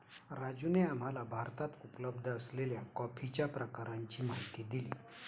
राजूने आम्हाला भारतात उपलब्ध असलेल्या कॉफीच्या प्रकारांची माहिती दिली